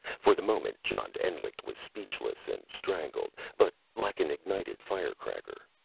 for the moment john endlich was speechless and strangled but like an ignited firecracker.